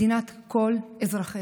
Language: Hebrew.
מדינת כל אזרחיה.